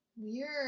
Weird